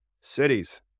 cities